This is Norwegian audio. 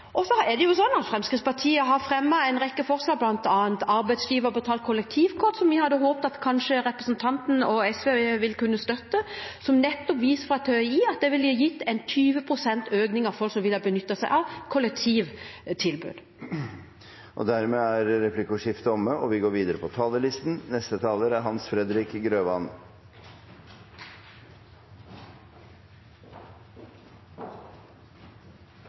er det slik at Fremskrittspartiet har fremmet en rekke forslag, bl.a. arbeidsgiverbetalt kollektivkort, som vi hadde håpet at kanskje representanten og SV ville kunne støtte, og som TØI viser nettopp ville gitt en 20 pst. økning av folk som da ville ha benyttet seg av kollektivtilbud. Replikkordskiftet er dermed omme. Trygge og effektive veier er viktig for folk og næringsliv i hele landet. Kristelig Folkeparti synes derfor det er